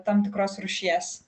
tam tikros rūšies